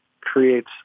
creates